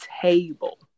table